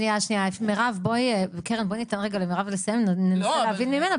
קרן, בואו ניתן רגע למרב נסיים וננסה להבין ממנה.